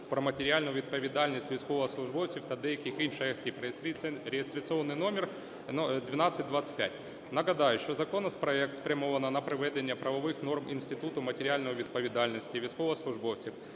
про матеріальну відповідальність військовослужбовців та деяких інших осіб (реєстраційний номер 1225). Нагадаю, що законопроект спрямовано на приведення правових норм інституту матеріальної відповідальності військовослужбовців,